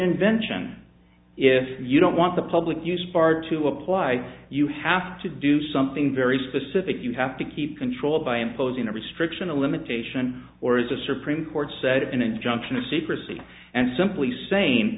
invention if you don't want the public use bar to apply you have to do something very specific you have to keep control by imposing a restriction a limitation or as a supreme court said an injunction of secrecy and simply sane